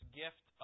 gift